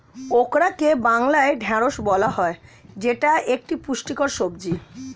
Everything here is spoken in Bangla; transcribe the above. ওকরাকে বাংলায় ঢ্যাঁড়স বলা হয় যেটা একটি পুষ্টিকর সবজি